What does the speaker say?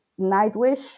Nightwish